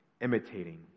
imitating